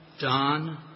Don